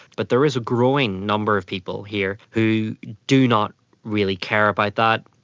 but there is a growing number of people here who do not really care about that,